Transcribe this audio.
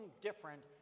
different